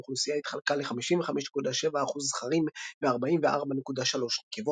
והאוכלוסייה התחלקה ל-55.7% זכרים ו-44.3% נקבות.